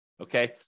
okay